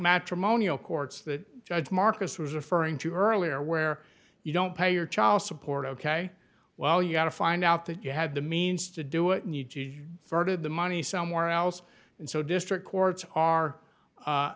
matrimonial courts that judge marcus was referring to earlier where you don't pay your child support ok well you got to find out that you have the means to do it for to the money somewhere else and so district courts are